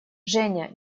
женя